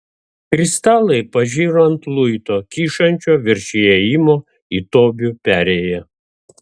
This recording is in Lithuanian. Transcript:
kristalai pažiro ant luito kyšančio virš įėjimo į tobių perėją